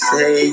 Say